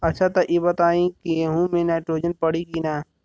अच्छा त ई बताईं गेहूँ मे नाइट्रोजन पड़ी कि ना?